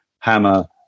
Hammer